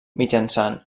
mitjançant